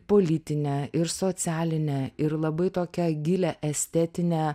politinę ir socialinę ir labai tokią gilią estetinę